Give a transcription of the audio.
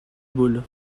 ball